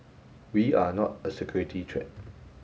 we are not a security threat